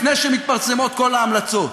לפני שמתפרסמות כל ההמלצות.